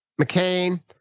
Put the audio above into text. McCain